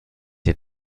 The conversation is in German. ihr